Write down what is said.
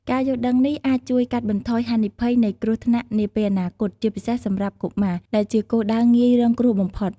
ការយល់ដឹងនេះអាចជួយកាត់បន្ថយហានិភ័យនៃគ្រោះថ្នាក់នាពេលអនាគត ជាពិសេសសម្រាប់កុមារ ដែលជាគោលដៅងាយរងគ្រោះបំផុត។